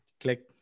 click